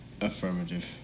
Affirmative